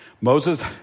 Moses